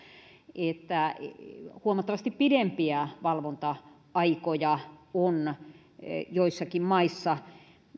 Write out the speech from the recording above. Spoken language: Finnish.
että huomattavasti pidempiä valvonta aikoja on joissakin maissa